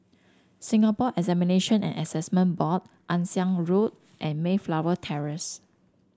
Singapore Examination and Assessment Board Ann Siang Road and Mayflower Terrace